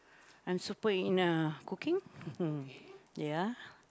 I'm super in uh cooking ya